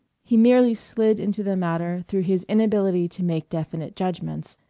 he merely slid into the matter through his inability to make definite judgments.